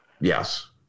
Yes